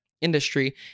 industry